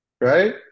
right